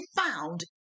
found